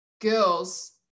girls